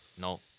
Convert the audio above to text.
No